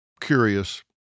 curious